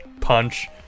punch